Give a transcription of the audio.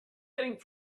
getting